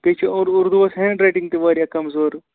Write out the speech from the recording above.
بیٚیہِ چھُ ہوٚرٕ اُردوٗہَس ہیٚنٛڈ رایٹِنٛگ تہِ واریاہ کَمزور